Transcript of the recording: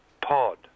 pod